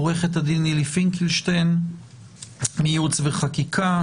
עורכת הדין נילי פינקלשטיין ממחלקת ייעוץ וחקיקה,